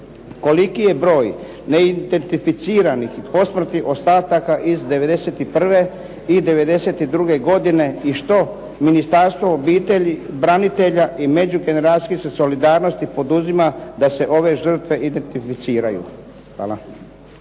Koliki je broj neidentificiranih i posmrtnih ostataka iz '91. i '92. godine i što Ministarstvo obitelji, branitelja i međugeneracijske solidarnosti poduzima da se ove žrtve identificiraju? Hvala.